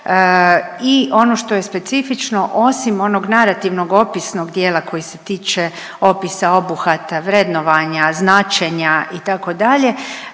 i ono što je specifično, osim onog narativnog opisnog dijela koji se tiče opisa, obuhvata, vrednovanja, značenja itd.,